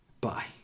Bye